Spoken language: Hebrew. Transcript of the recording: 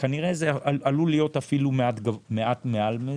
זה עלול להיות אפילו מעט מעל זה,